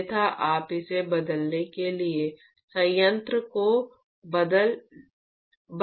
अन्यथा आप इसे बदलने के लिए संयंत्र को बंद नहीं करना चाहते हैं